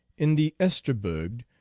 in the oestrbugd,